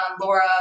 Laura